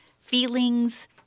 feelings